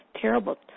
terrible